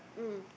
mm